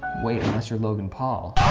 wait unless you're logan paul